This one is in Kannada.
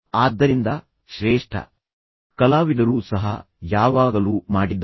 ಆದ್ದರಿಂದ ಶ್ರೇಷ್ಠ ಕಲಾವಿದರೂ ಸಹ ಯಾವಾಗಲೂ ಮಾಡಿದ್ದಾರೆ